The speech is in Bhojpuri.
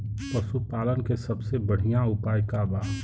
पशु पालन के सबसे बढ़ियां उपाय का बा?